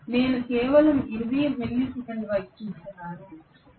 నేను కేవలం 20 మిల్లీ సెకన్ల వైపు చూస్తున్నాను